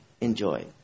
enjoy